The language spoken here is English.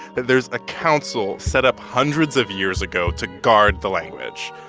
there's a council, set up hundreds of years ago, to guard the language.